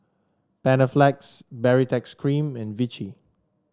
Panaflex Baritex Cream and Vichy